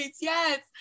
Yes